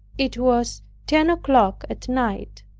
it was ten o'clock at night.